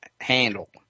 handle